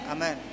Amen